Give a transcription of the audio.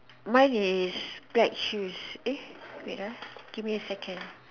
mine is black shoes eh wait ah give me a second